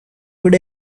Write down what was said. good